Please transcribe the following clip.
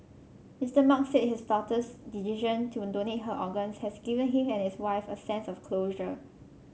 Mister Mark said his daughter's decision to donate her organs has given him and his wife a sense of closure